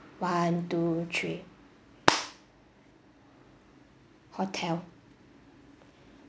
one two three hotel